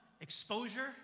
exposure